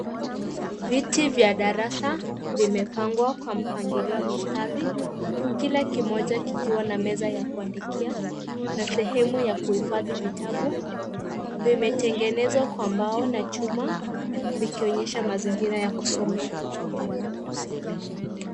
Viti vya darasa vimepangwa kwa mpangilio wa mistari, kila kimoja kikiwa na meza ya kuandikia na sehemu ya kuhifadhia vitabu. Vimetengenezwa kwa mbao na chuma, vikionyesha mazingira ya kusomea.